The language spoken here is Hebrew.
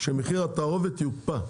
שמחיר התערובת יוקפא.